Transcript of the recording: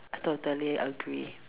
I totally agree